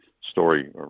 story